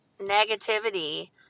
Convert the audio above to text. negativity